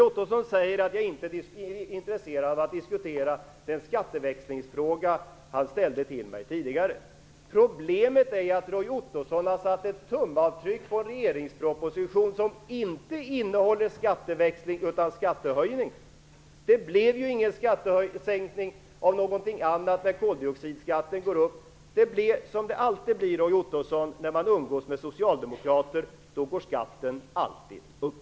Roy Ottosson säger att jag inte är intresserad av att diskutera den skatteväxlingsfråga han ställde till mig tidigare. Problemet är att Roy Ottosson har satt ett tumavtryck på en regeringsproposition som inte innehåller skatteväxling utan skattehöjning. Det blir ingen skattesänkning av någonting annat när koldioxidskatten går upp. Det blir som det alltid blir, Roy Ottosson, när man umgås med socialdemokrater. Då går skatten alltid upp.